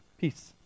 Peace